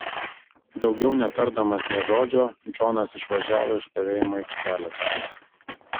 daugiau netardamas nė žodžio džonas išvažiavo iš stovėjimo aikštelės